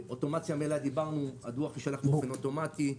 הדוח יישלח באופן אוטומטי.